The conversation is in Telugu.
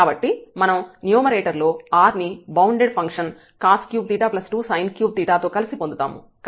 కాబట్టి మనం న్యూమరేటర్ లో r ను బౌండెడ్ ఫంక్షన్ cos 32sin 3 తో కలిసి పొందుతాము